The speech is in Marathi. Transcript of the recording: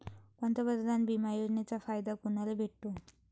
पंतप्रधान बिमा योजनेचा फायदा कुनाले भेटतो?